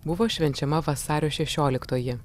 buvo švenčiama vasario šešioliktoji